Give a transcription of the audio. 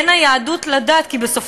אני לא מזלזלת בשום